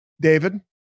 David